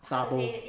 sabo